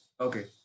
Okay